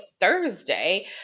Thursday